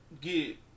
get